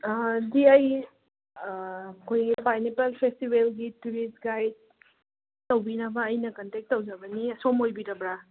ꯗꯤꯑꯩ ꯑꯩꯈꯣꯏꯒꯤ ꯄꯥꯏꯅꯦꯄꯜ ꯐꯦꯁꯇꯤꯕꯦꯜꯒꯤ tourist guide ꯇꯧꯕꯤꯅꯕ ꯑꯩꯅ ꯀꯟꯇꯦꯛ ꯇꯧꯖꯕꯅꯤ ꯁꯣꯝ ꯑꯣꯏꯕꯤꯔꯕ꯭ꯔꯥ